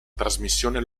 trasmissione